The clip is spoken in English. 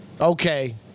Okay